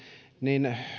niin